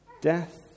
death